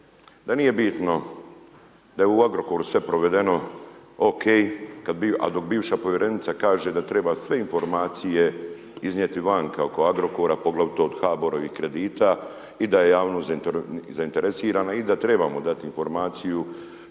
da nije bitno, da je u Agrokoru sve provedeno okej, a dok bivša povjerenica kaže da treba sve informacije iznijeti van oko Agrokora poglavito od HBOR-ovih kredita i da je javnost zainteresirana i da trebamo dati informaciju